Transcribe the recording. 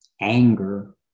anger